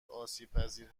آسیبپذیر